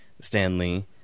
Stanley